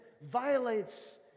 violates